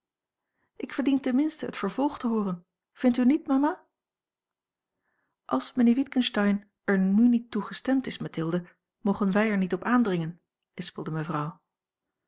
ik verdien ten minste het vervolg te hooren vindt u niet mama als mijnheer witgensteyn er nu niet toe gestemd is mathilde mogen wij er niet op aandringen lispelde mevrouw